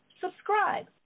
Subscribe